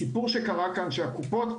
הקופות,